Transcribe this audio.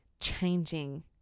changing